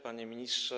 Panie Ministrze!